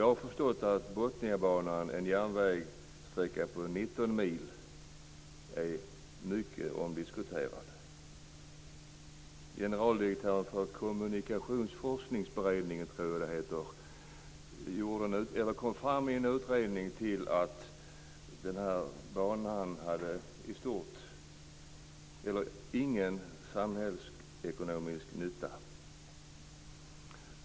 Jag har förstått att Botniabanan, en järnvägssträcka på 19 mil, är mycket omdiskuterad. Generaldirektören för Kommunikationsforskningsberedningen, tror jag att det heter, kom i en utredning fram till att den här banan i stort sett inte hade någon samhällsekonomisk nytta.